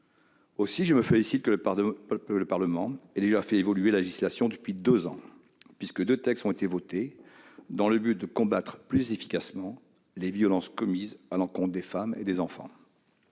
Aussi, je me félicite de ce que le Parlement ait déjà fait évoluer la législation depuis deux ans, puisque deux textes ont été votés dans le but de combattre plus efficacement les violences commises à l'encontre des femmes et des enfants.